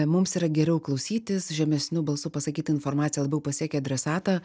mums yra geriau klausytis žemesniu balsu pasakyta informacija labiau pasiekia adresatą